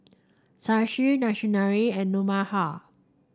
Shashi Naraina and Manohar